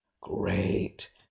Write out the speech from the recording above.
Great